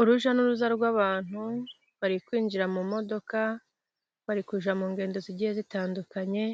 Urujya n'uruza rw'abantu bari kwinjira mu modoka, bari kujya mu ngendo zigiye zitandukanye,